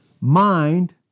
mind